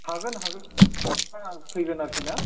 हागोन हागोन ओं फैगोन आरोखि ना